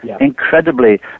Incredibly